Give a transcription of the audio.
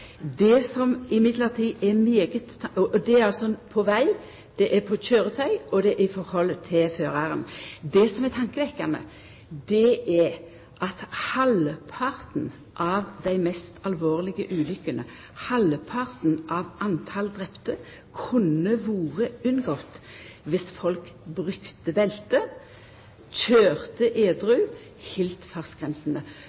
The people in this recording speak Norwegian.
Det som er tankevekkjande, er at halvparten av dei mest alvorlege ulukkene – halvparten av talet på drepne – kunne vore unngått viss folk brukte